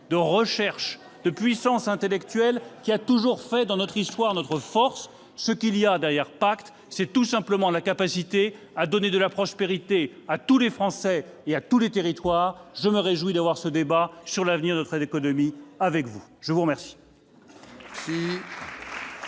de recherche, de puissance intellectuelle, qui a toujours fait dans notre histoire notre force. Ce qu'il y a derrière PACTE, c'est tout simplement la capacité à donner de la prospérité à tous les Français et à tous les territoires. Je me réjouis d'avoir ce débat sur l'avenir de notre économie avec vous ! La parole